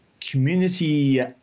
community